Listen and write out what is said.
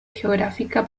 geográfica